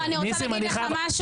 אני רוצה להגיד לך משהו,